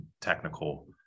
technical